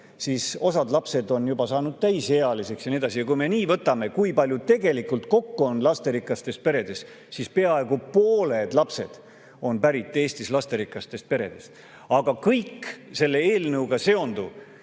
siis osa lapsi on juba saanud täisealiseks ja nii edasi. Ja kui me nii võtame, kui palju tegelikult kokku on lasterikastes peredes, siis peaaegu pooled lapsed on pärit Eestis lasterikastest peredest. Aga kõike selle eelnõuga seonduvat